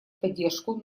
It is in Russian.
поддержку